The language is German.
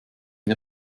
wir